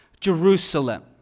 Jerusalem